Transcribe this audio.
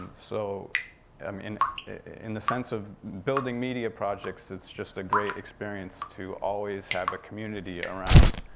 so um in in the sense of building media projects, it's just a great experience to always have a community around,